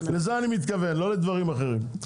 לזה אני מתכוון, לא לדברים אחרים.